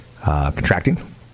contracting